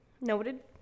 Noted